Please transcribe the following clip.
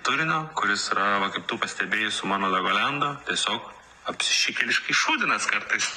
turinio kuris yra va kaip tu pastebėjai su mano legolendu tiesiog apsišikėliškai šūdinas kartais